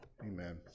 amen